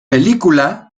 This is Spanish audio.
película